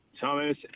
Thomas